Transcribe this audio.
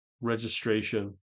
registration